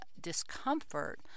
discomfort